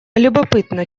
любопытно